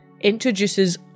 introduces